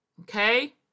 okay